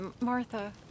Martha